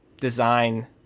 design